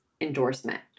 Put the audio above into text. endorsement